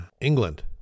England